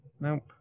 Nope